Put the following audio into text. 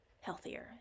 healthier